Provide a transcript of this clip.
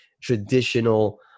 traditional